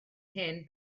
hen